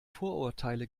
vorurteile